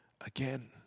again